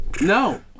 No